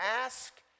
ask